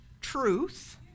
truth